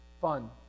fun